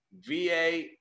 VA